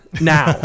Now